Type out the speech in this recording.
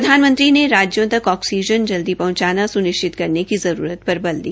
प्रधानमंत्री ने राज्यों तक ऑक्सीजन जल्दी पहंचाना स्निश्चित करने की जरूरत पर बल दिया